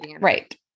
Right